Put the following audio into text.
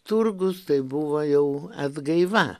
turgus tai buvo jau atgaiva